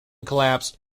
collapsed